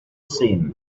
seen